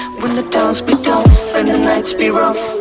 when the times be tough and nights be rough